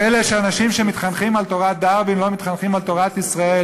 פלא שאנשים שמתחנכים על תורת דרווין לא מתחנכים על תורת ישראל